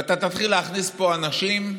ואתה תתחיל להכניס פה אנשים,